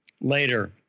later